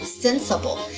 sensible